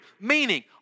meaning